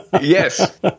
Yes